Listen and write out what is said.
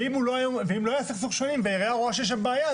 ואם לא היה סכסוך שכנים והעירייה רואה שיש שם בעיה,